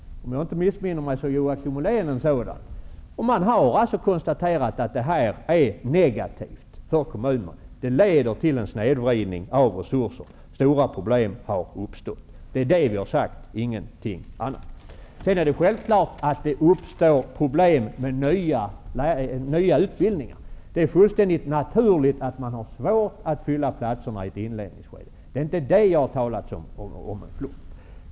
Om jag inte missminner mig är Joakim Ollén en sådan. Man har alltså konstaterat att detta är negativt för kommunerna. Det leder till en snedvridning av resurser, och stora problem har uppstått. Det är detta vi har sagt, ingenting annat. Självklart uppstår problem med nya utbildningar. Det är fullständigt naturligt att man har svårt att fylla platserna i ett inledningsskede. Det är inte detta jag har kallat flopp.